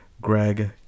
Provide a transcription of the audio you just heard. Greg